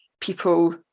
people